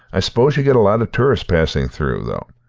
i suppose you get a lot of tourists passing through, though,